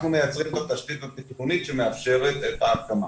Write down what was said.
אנחנו מייצרים את התשתית שמאפשרת את ההקמה.